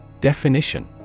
Definition